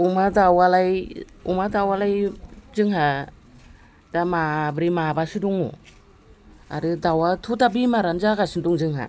अमा दाउवालाय अमा दाउवालाय जोंहा दा माब्रै माबासो दङ आरो दाउवाथ' दा बेमारानो जागासिनो दं जोंहा